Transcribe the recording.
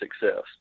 success